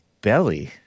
belly